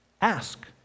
ask